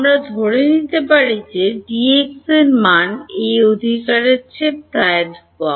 আমরা ধরে নিতে পারি যে Dx র মান এই অধিকারের চেয়ে প্রায় ধ্রুবক